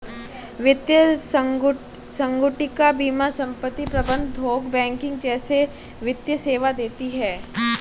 वित्तीय संगुटिका बीमा संपत्ति प्रबंध थोक बैंकिंग जैसे वित्तीय सेवा देती हैं